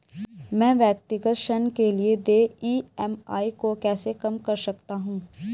मैं व्यक्तिगत ऋण के लिए देय ई.एम.आई को कैसे कम कर सकता हूँ?